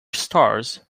stars